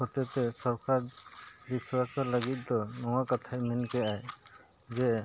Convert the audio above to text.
ᱦᱚᱛᱮᱡ ᱛᱮ ᱥᱚᱨᱠᱟᱨ ᱵᱤᱥᱚᱭ ᱞᱟᱹᱜᱤᱫ ᱫᱚ ᱱᱚᱣᱟ ᱠᱟᱛᱷᱟ ᱢᱮᱱ ᱠᱮᱜ ᱟᱭ ᱡᱮ